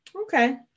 Okay